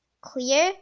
clear